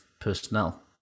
personnel